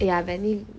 ya benny